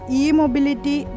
e-mobility